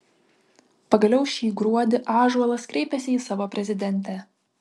pagaliau šį gruodį ąžuolas kreipiasi į savo prezidentę